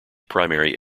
primary